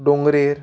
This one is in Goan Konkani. डोंगरेर